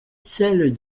celles